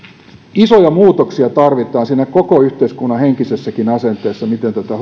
isoja muutoksia tarvitaan siinä koko yhteiskunnan henkisessäkin asenteessa miten tätä